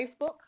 Facebook